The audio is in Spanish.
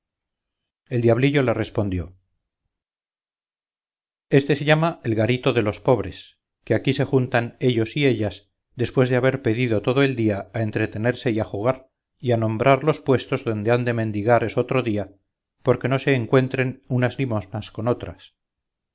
el diablillo le respondió éste se llama el garito de los pobres que aquí se juntan ellos y ellas después de haber pedido todo el día a entretenerse y a jugar y a nombrar los puestos donde han de mendigar esotro día porque no se encuentren unas limosnas con otras